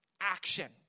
Action